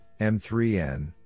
M3N